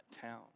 town